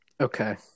Okay